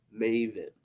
maven